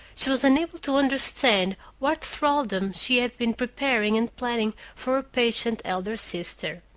she was unable to understand what thraldom she had been preparing and planning for her patient elder sister.